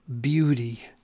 beauty